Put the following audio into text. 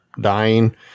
dying